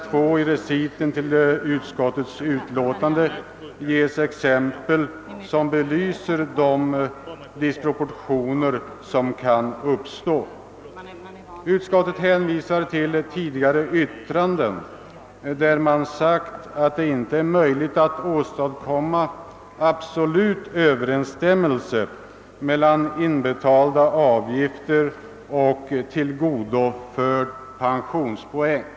2 i utlåtandet ger utskottet i sin recit exempel som belyser de disproportioner som kan uppstå. Utskottet hänvisar till ett tidigare utlåtande, vari det anfört att det inte är möjligt att »åstadkomma absolut överensstämmelse mellan inbetald avgift och tillgodoförd pensionspoäng».